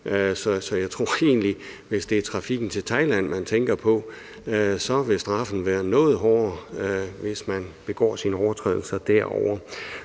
Jeg tror egentlig, at hvis det er trafikken til Thailand, man tænker på, vil straffen være noget hårdere, hvis man begår sine overtrædelser derovre.